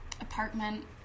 apartment